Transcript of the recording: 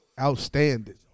outstanding